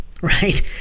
right